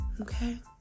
Okay